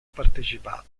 partecipato